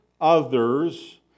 others